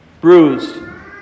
bruised